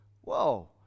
Whoa